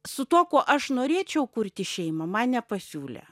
su tuo kuo aš norėčiau kurti šeimą man nepasiūlė